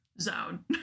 zone